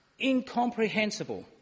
incomprehensible